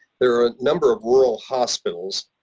there are a number of rural hospitals,